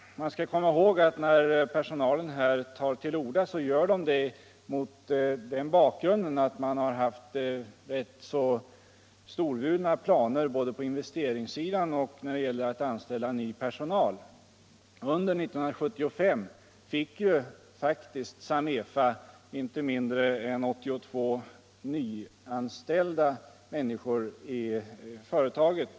Man skall komma ihåg att personalen tar till orda mot bakgrund av att företaget har haft rätt storvulna planer både i fråga om investeringar och i fråga om anställande av ny personal. Under 1975 nyanställdes vid Samefa faktiskt inte mindre än 82 personer.